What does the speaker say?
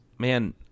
man